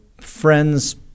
friends